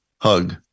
hug